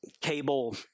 cable